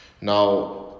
now